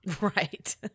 Right